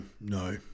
no